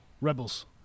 rebels